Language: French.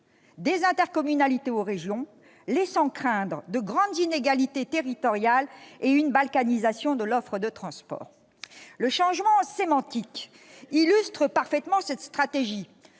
des intercommunalités aux régions, laissant craindre de grandes inégalités territoriales et une balkanisation de l'offre de transport. Le changement sémantique illustre parfaitement cette stratégie.